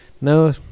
No